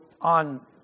on